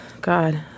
god